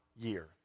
year